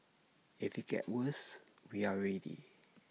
if IT gets worse we are ready